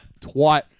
Twat